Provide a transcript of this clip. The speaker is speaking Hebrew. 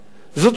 זאת אומרת,